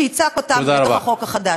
שייצק אותן בתוך החוק החדש.